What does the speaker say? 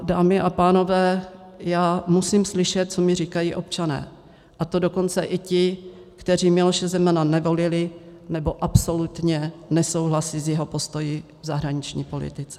Dámy a pánové, já musím slyšet, co mi říkají občané, a to dokonce i ti, kteří Miloše Zemana nevolili nebo absolutně nesouhlasí s jeho postoji v zahraniční politice.